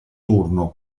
turno